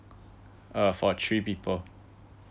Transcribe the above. uh for three people